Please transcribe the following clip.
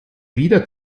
wieder